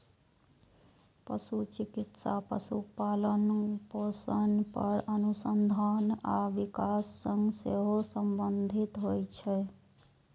पशु चिकित्सा पशुपालन, पोषण पर अनुसंधान आ विकास सं सेहो संबंधित होइ छै